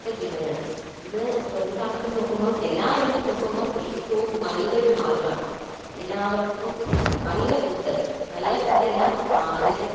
ഒക്കെ കിട്ടുന്നുണ്ട് ഇത് ഒരു കണക്കിന് നോക്കുമ്പോൾ എല്ലാ ഇതിലും നോക്കുമ്പോൾ ഏറ്റവും നല്ലൊരു മാർഗ്ഗമാണ് എല്ലാവർക്കും നല്ല ഫുഡ് നല്ല ഫുഡ് അല്ല അതില്